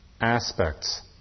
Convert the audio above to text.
aspects